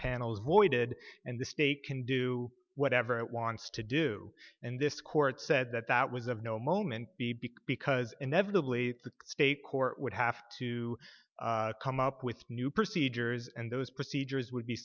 panel hoisted and the state can do whatever it wants to do and this court said that that was of no moment because inevitably the state court would have to come up with new procedures and those procedures would be